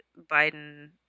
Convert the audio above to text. Biden